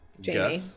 Jamie